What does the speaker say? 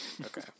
Okay